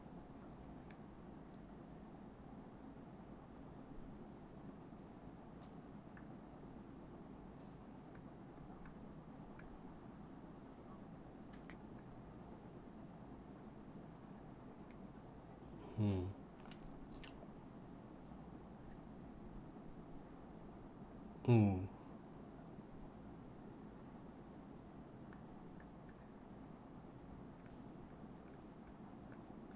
mm mm